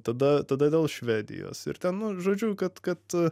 tada tada dėl švedijos ir ten žodžiu kad kad